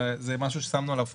וזה משהו ששמנו עליו פוקוס,